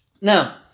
Now